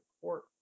court